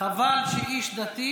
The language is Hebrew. חבל שאיש דתי